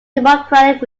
democratic